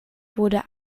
wurde